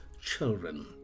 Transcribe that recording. children